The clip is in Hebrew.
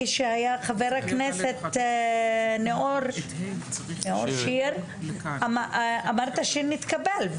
כשהיה חבר הכנסת נאור שירי אמרת שנתקבל,